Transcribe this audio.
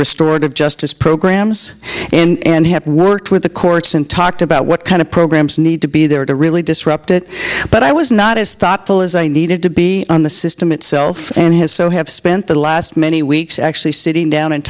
restored of justice programs and have worked with the courts and talked about what kind of programs need to be there to really disrupt it but i was not as thoughtful as i needed to be on the system itself and has so have spent the last many we takes actually sitting down and